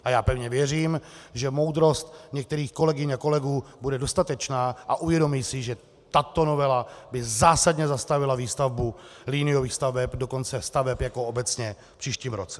A já pevně věřím, že moudrost některých kolegyň a kolegů bude dostatečná a uvědomí si, že tato novela by zásadně zastavila výstavbu liniových staveb, dokonce staveb jako obecně v příštím roce!